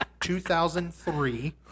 2003